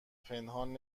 پنهان